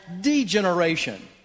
degeneration